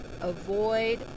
avoid